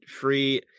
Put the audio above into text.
free